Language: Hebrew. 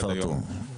תכף יפרטו.